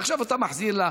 ועכשיו אתה מחזיר לה,